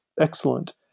excellent